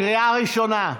קריאה ראשונה.